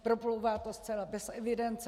Proplouvá to zcela bez evidence.